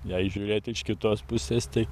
jei žiūrėti iš kitos pusės tai